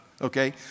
Okay